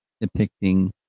depicting